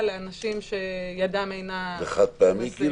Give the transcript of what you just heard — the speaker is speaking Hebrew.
לאנשים שידם אינה משגת -- זה חד-פעמי?